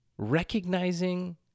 recognizing